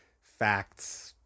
facts